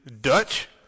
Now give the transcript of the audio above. Dutch